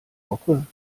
woche